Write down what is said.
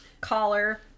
collar